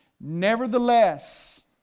Nevertheless